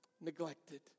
neglected